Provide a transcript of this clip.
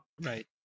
Right